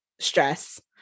stress